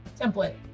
template